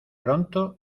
pronto